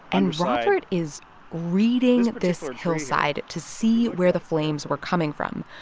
and robert is reading this hillside to see where the flames were coming from.